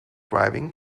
driving